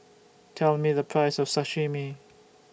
Tell Me The Price of Sashimi